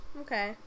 Okay